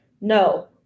no